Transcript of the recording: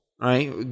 Right